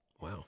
Wow